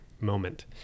moment